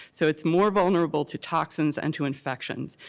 so it's more vulnerable to toxins and to infections.